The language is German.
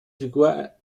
figur